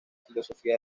filosofía